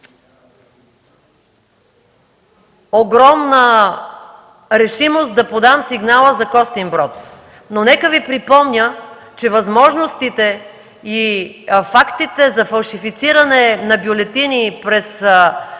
огромна решимост да подам сигнала за Костинброд. Обаче нека Ви припомня, че възможностите и фактите за фалшифициране на бюлетини през